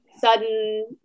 sudden